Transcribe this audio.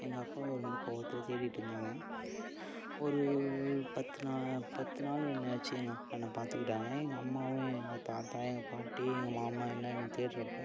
எங்கள் அப்பாவை ரொம்ப கோபத்துல தேடிட்டு இருந்தாங்க ஒரு பத்து நாள் பத்து நாள் என்னை வெச்சி எங்கள் அப்பா என்னை பார்த்துக்கிட்டாங்க எங்கள் அம்மாவும் எங்கள் தாத்தா எங்கள் பாட்டி எங்கள் மாமா எல்லாம் என்னை தேடுறப்ப